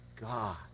God